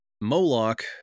Moloch